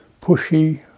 pushy